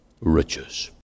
riches